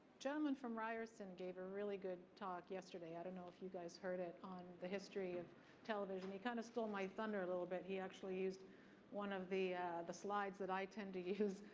gentleman from ryerson gave a really good talk yesterday, i don't know if you guys heard it, the history of television. he kind of stole my thunder a little bit. he actually used one of the the slides that i tend to use,